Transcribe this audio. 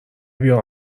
بیار